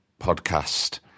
podcast